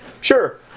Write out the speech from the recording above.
sure